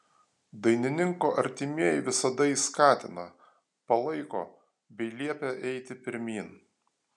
dainininko artimieji visada jį skatina palaiko bei liepia eiti pirmyn